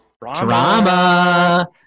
Drama